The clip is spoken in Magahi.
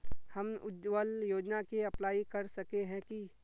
हम उज्वल योजना के अप्लाई कर सके है की?